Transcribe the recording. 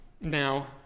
Now